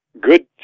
good